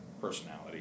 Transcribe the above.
personality